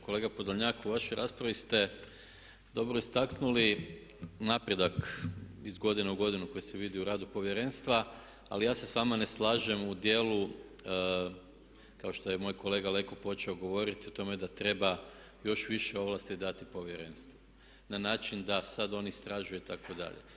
Kolega Podolnjak, u vašoj raspravi ste dobro istaknuli napredak iz godine u godinu koji se vidi u radu Povjerenstva, ali ja se s vama ne slažem u dijelu kao što je moj kolega Leko počeo govoriti o tome da treba još više ovlasti dati Povjerenstvu na način da sad on istražuje itd.